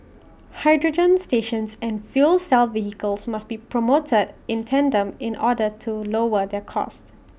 hydrogen stations and fuel cell vehicles must be promoted in tandem in order to lower their cost